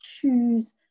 choose